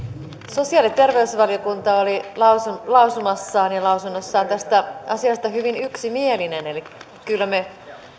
sosiaali ja terveysvaliokunta oli lausumassaan ja lausunnossaan tästä asiasta hyvin yksimielinen eli kyllä me